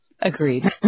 Agreed